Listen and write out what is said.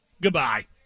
Goodbye